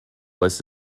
was